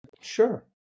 Sure